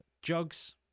jugs